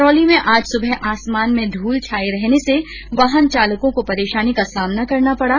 करौली में आज सुबह आसमान में धूल छाये रहने से वाहन चालकों को परेशानी का सामना करना पड़ा